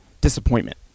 disappointment